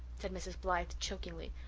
said mrs. blythe chokingly.